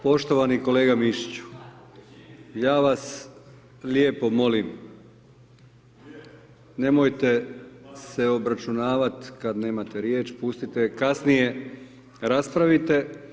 Poštovani kolega Mišiću, ja vas lijepo molim, nemojte se obračunavati kad nemate riječ, pustite, kasnije raspravite.